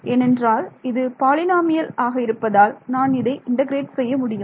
ஏனென்றால் இது பாலினாமியல் இருப்பதால் நான் இதை இன்டெகிரேட் செய்ய முடியும்